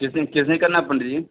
किस दी किस दिन करना है पंडीत जी